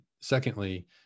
secondly